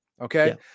okay